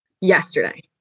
yesterday